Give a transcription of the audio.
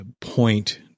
point